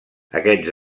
aquests